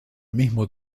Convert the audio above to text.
mismo